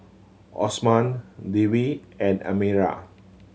Osman Dewi and Amirah